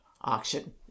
auction